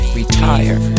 retire